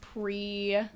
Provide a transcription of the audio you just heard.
pre-